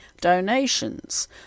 donations